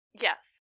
Yes